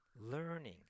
Learning